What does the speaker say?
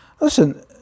Listen